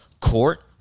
court